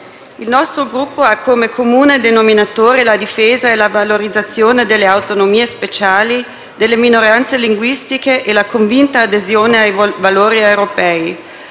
il nostro Gruppo ha come comune denominatore la difesa e la valorizzazione delle autonomie speciali delle minoranze linguistiche e la convinta adesione ai valori europei.